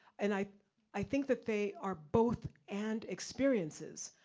and i i think that they are both and experiences.